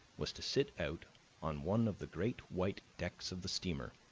was to sit out on one of the great white decks of the steamer,